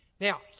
Now